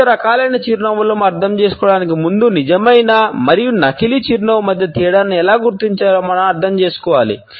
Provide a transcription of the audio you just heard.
వివిధ రకాలైన చిరునవ్వులను అర్థం చేసుకోవడానికి ముందు నిజమైన మరియు నకిలీ చిరునవ్వు మధ్య తేడాను ఎలా గుర్తించాలో మనం అర్థం చేసుకోవాలి